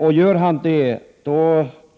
Om han gör det,